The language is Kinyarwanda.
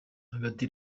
hagati